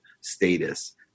status